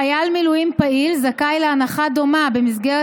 חייל מילואים פעיל זכאי להנחה דומה במסגרת